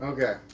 Okay